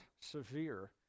severe